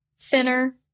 thinner